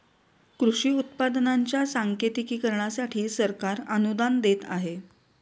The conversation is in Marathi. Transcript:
कृषी उत्पादनांच्या सांकेतिकीकरणासाठी सरकार अनुदान देत आहे